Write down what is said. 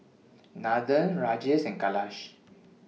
Nathan Rajesh and Kailash